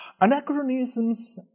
anachronisms